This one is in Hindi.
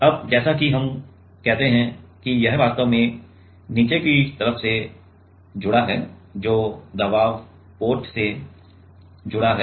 अब जैसा कि हम कहते हैं कि यह वास्तव में नीचे की तरफ से जुड़ा है जो दबाव पोर्ट से जुड़ा है